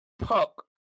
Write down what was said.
puck